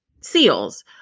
seals